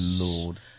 Lord